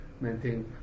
maintain